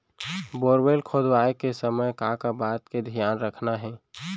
Borewell खोदवाए के समय का का बात के धियान रखना हे?